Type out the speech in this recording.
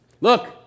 Look